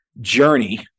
journey